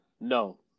no